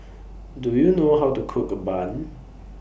Do YOU know How to Cook A Bun